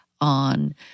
on